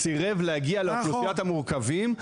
סירב להגיע לאוכלוסיית המורכבים,